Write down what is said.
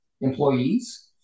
employees